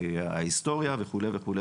ההיסטוריה וכו'.